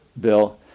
Bill